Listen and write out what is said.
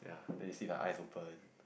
then you see the eyes open